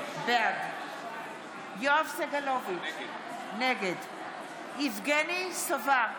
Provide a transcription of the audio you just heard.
בעד יואב סגלוביץ' נגד יבגני סובה,